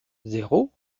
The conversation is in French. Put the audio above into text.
zéro